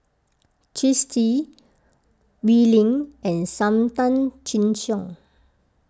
Twisstii Oi Lin and Sam Tan Chin Siong